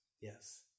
Yes